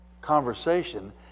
conversation